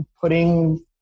putting